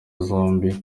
zombie